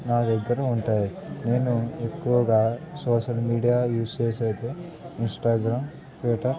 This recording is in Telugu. నా దగ్గర ఉంటుంది నేను ఎక్కువగా సోషల్ మీడియా యూస్ చేసి అయితే ఇన్స్టాగ్రామ్ ట్విట్టర్